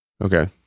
Okay